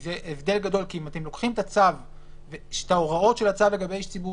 אתם לוקחים את ההוראות של הצו לגבי איש ציבור